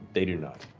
they do not.